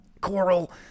Coral